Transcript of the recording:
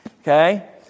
Okay